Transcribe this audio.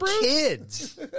kids